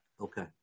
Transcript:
Okay